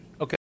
Okay